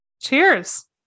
Cheers